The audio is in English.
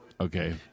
Okay